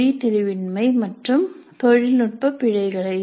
மொழி தெளிவின்மையை மற்றும் தொழில்நுட்ப பிழைகளை